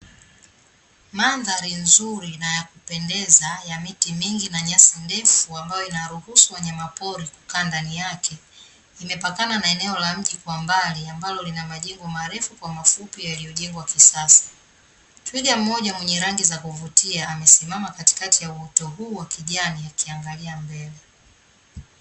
Mandhari nzuri na ya kupendeza ya miti mingi na nyasi ndefu, ambayo inaruhusu wanyamapori kukaa ndani yake, imepakana na eneo la mji kwa mbali ambalo lina majengo marefu kwa mafupi yaliyojengwa kisasa. Twiga mmoja mwenye rangi za kuvutia amesimama katikati ya uoto huu wa kijani akiangalia mbele.